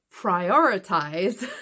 Prioritize